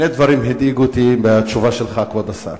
שני דברים הדאיגו אותי בתשובה שלך, כבוד השר.